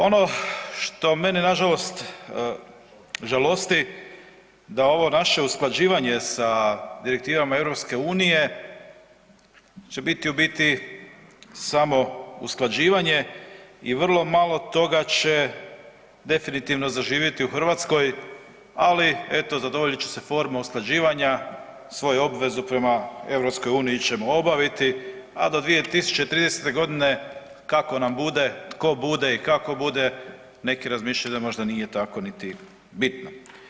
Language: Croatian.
Ono što mene nažalost žalosti da ovo naše usklađivanje sa Direktivama EU će biti u biti samo usklađivanje i vrlo malo toga će definitivno zaživjeti u Hrvatskoj, ali eto zadovoljit će se forma usklađivanja, svoju obvezu prema EU ćemo obaviti, a do 2030. godine kako nam bude, tko bude i kako bude, neki razmišljaju da možda nije tako niti bitno.